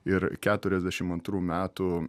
ir keturiasdešim antrų metų